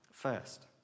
First